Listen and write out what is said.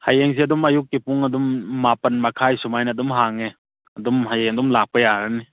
ꯍꯌꯦꯡꯁꯦ ꯑꯗꯨꯝ ꯑꯌꯨꯛꯀꯤ ꯄꯨꯡ ꯑꯗꯨꯝ ꯃꯥꯄꯟ ꯃꯈꯥꯏ ꯁꯨꯃꯥꯏꯅ ꯑꯗꯨꯝ ꯍꯥꯡꯉꯦ ꯑꯗꯨꯝ ꯍꯌꯦꯡ ꯑꯗꯨꯝ ꯂꯥꯛꯄ ꯌꯥꯔꯅꯤ